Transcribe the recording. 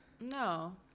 No